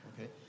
okay